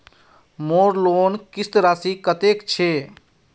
मोर लोन किस्त राशि कतेक छे?